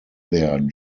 their